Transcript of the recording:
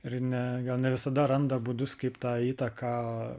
ir ne gal ne visada randa būdus kaip tą įtaka